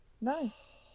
Nice